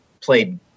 played